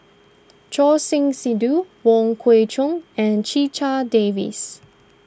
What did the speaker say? Choor Singh Sidhu Wong Kwei Cheong and Checha Davies